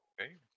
Okay